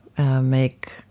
Make